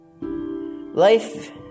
Life